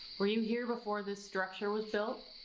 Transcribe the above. were you here before this structure was built?